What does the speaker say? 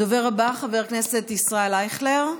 הדובר הבא, חבר הכנסת ישראל אייכלר.